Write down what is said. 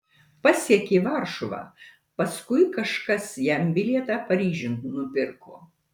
pasiekė varšuvą paskui kažkas jam bilietą paryžiun nupirko